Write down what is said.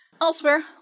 Elsewhere